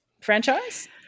franchise